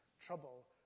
trouble